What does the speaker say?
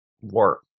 work